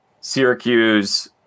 Syracuse